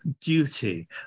duty